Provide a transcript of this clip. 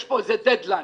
יש פה איזה דד-ליין,